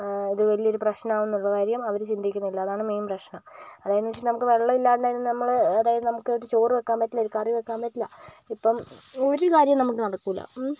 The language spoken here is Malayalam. ഇത് വലിയ പ്രശ്നമാകുമെന്ന കാര്യം അവര് ചിന്തിക്കുന്നില്ല അതാണ് മെയിൻ പ്രശ്നം അതായത് എന്ന് വെച്ചാൽ നമുക്ക് വെള്ളമില്ലാതെ നമ്മള് അതായത് ചോറ് വയ്ക്കാൻ പറ്റില്ല കറി വയ്ക്കാൻ പറ്റില്ല ഇപ്പം ഒരു കാര്യവും നമുക്ക് നടക്കുകയില്ല